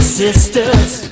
sisters